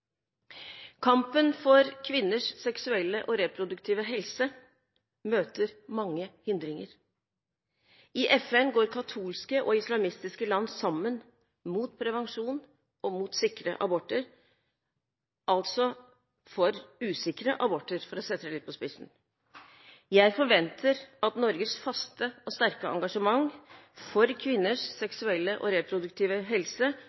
Kampen for kvinners seksuelle og reproduktive helse møter mange hindringer. I FN går katolske og islamistiske land sammen mot prevensjon og sikre aborter – altså for usikre aborter, for å sette det litt på spissen. Jeg forventer at Norges faste og sterke engasjement for kvinners seksuelle og reproduktive helse